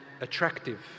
attractive